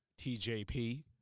TJP